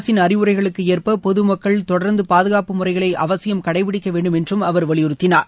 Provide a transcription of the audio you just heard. அரசின் அறிவுரைகளுக்கு ஏற்ப பொதுமக்கள் தொடர்ந்து பாதகாப்பு முறைகளை அவசியம் கடைபிடிக்க வேண்டும் என்று அவர் வலியுறுத்தினார்